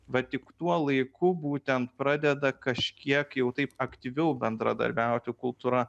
vat tik tuo laiku būtent pradeda kažkiek jau taip aktyviau bendradarbiauti kultūra